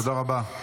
תודה רבה.